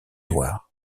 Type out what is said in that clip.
loire